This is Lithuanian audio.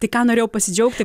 tai ką norėjau pasidžiaugti